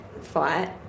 fight